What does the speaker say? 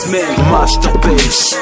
Masterpiece